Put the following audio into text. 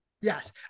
Yes